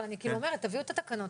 אבל אני אומרת - תביאו את התקנות,